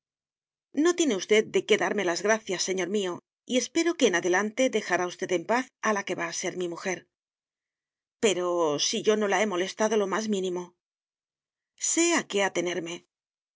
no tiene usted de qué darme las gracias señor mío y espero que en adelante dejará usted en paz a la que va a ser mi mujer pero si yo no la he molestado lo más mínimo sé a qué atenerme